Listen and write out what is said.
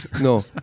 No